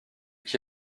qui